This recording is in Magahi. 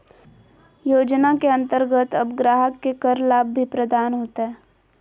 योजना के अंतर्गत अब ग्राहक के कर लाभ भी प्रदान होतय